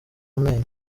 amenyo